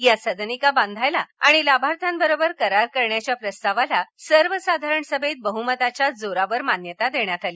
या सदनिका बांधण्यास आणि लाभार्थ्यांबरोबर करार करण्याच्या प्रस्तावाला सर्वसाधारण सभेत बहमताच्या जोरावर मान्यता देण्यात आली